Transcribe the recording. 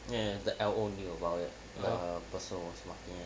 ya ya the L_O knew about it the person that was marking it